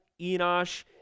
Enosh